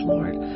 Lord